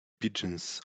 pigeons